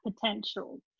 potential